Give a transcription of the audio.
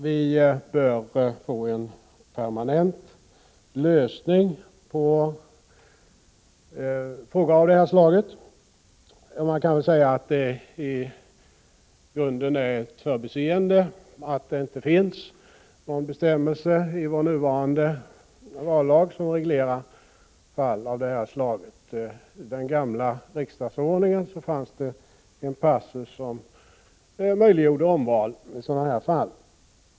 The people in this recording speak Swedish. Vi bör få en permanent lösning på frågor av det här slaget. Man kan väl säga att det i grunden beror på ett förbiseende att det inte finns någon bestämmelse i vår nuvarande vallag som reglerar fall av det här slaget. I den gamla riksdagsordningen fanns det en passus som möjliggjorde omval i sådana här fall.